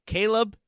Caleb